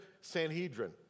Sanhedrin